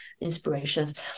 inspirations